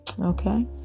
Okay